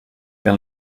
pel